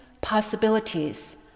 possibilities